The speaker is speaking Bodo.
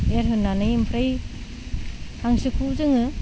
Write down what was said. एरहोनानै ओमफ्राय हांसोखौ जोङो